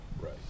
Right